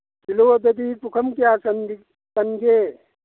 ꯀꯤꯂꯣꯗꯗꯤ ꯄꯨꯈꯝ ꯀꯌꯥ ꯆꯟꯒꯦ